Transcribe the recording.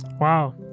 wow